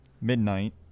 midnight